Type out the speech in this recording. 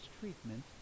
treatment